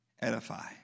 edify